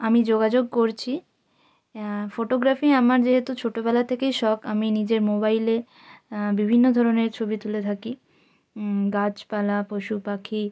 আমি যোগাযোগ করছি ফোটোগ্রাফি আমার যেহেতু ছোটোবলা থেকেই শখ আমি নিজের মোবাইলে বিভিন্ন ধরনের ছবি তুলে থাকি গাছপালা পশু পাখি